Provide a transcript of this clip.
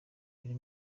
buri